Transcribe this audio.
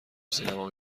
سینما